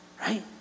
Right